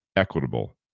equitable